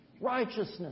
righteousness